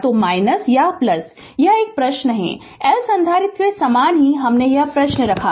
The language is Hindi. तो या यह एक प्रश्न है L संधारित्र के समान ही हमने यह प्रश्न रखा है